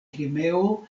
krimeo